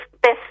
best